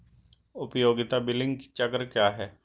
उपयोगिता बिलिंग चक्र क्या है?